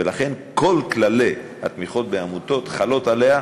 ולכן כל כללי התמיכות בעמותות חלים עליה,